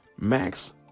Max